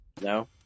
No